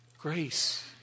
Grace